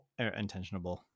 intentionable